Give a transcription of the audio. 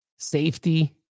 Safety